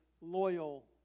loyal